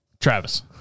Travis